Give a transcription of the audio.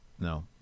No